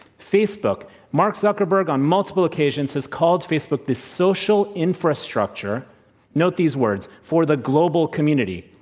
facebook mark zuckerberg on multiple occasions has called facebook the social infrastructure note these words for the global community.